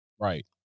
Right